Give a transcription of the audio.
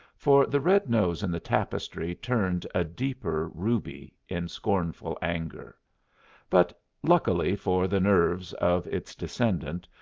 for the red nose in the tapestry turned a deeper ruby in scornful anger but, luckily for the nerves of its descendant,